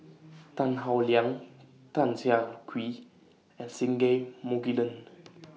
Tan Howe Liang Tan Siah Kwee and Singai Mukilan